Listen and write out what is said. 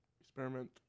Experiment